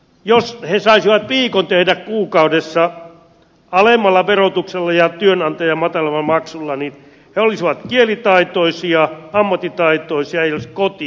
jos he saisivat viikon tehdä kuukaudessa alemmalla verotuksella ja työnantajan matalammalla maksulla he olisivat kielitaitoisia ammattitaitoisia heillä olisi koti